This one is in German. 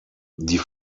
die